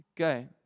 okay